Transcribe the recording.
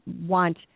want